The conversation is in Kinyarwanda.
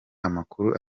amakuru